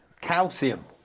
calcium